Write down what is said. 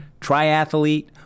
triathlete